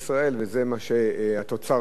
וזה התוצר שלנו,